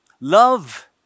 Love